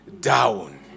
down